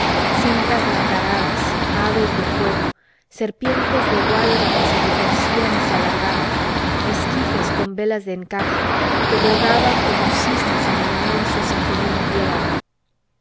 cintas nacaradas aves de fuego serpientes de gualda que se retorcían y se alargaban esquifes con velas de encaje que bogaban como cisnes en el inmenso zafirino piélago